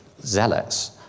zealots